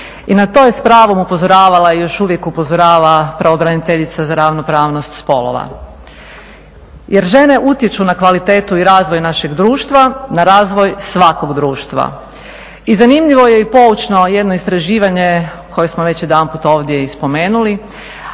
I na to je s pravom upozoravala i još uvijek upozorava pravobraniteljica za ravnopravnost spolova. Jer žene utječu na kvalitetu i razvoj našeg društva, na razvoj svakog društva i zanimljivo je i poučno jedno istraživanje koje smo već jedanput ovdje i spomenuli,